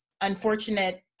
unfortunate